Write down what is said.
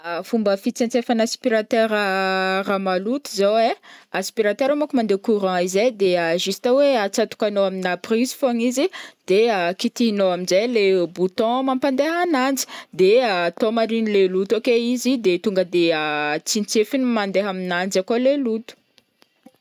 Fomba fitsetsefan'aspiratera raha maloto zao ai aspiratera manko mandeha couant izy ai de juste hoe atsatokanao aminà prise fogna izy de kitihinao am'jay le bouton mampandeha ananjy de atao mariny le loto ake izy de tonga de tsintsefiny mandeha aminanjy akao le loto.